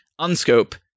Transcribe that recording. unscope